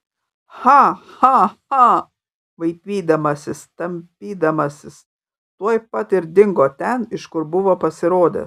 cha cha cha vaipydamasis tampydamasis tuoj pat ir dingo ten iš kur buvo pasirodęs